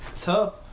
tough